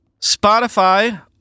Spotify